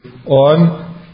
on